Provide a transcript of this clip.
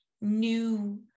new